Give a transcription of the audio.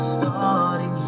Starting